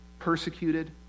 persecuted